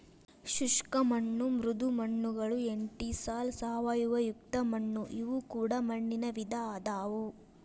ಶುಷ್ಕ ಮಣ್ಣು ಮೃದು ಮಣ್ಣುಗಳು ಎಂಟಿಸಾಲ್ ಸಾವಯವಯುಕ್ತ ಮಣ್ಣು ಇವು ಕೂಡ ಮಣ್ಣಿನ ವಿಧ ಅದಾವು